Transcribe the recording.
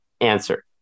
answer